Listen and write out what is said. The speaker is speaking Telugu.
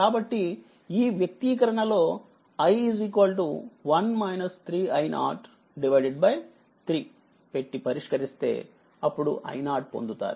కాబట్టి ఈ వ్యక్తీకరణ లో i 3పెట్టి పరిష్కరిస్తే అప్పుడు i0 పొందుతారు